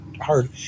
hard